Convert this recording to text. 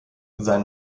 sein